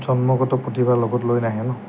জন্মগত প্ৰতিভা লগত লৈ নাহে ন